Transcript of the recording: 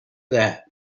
that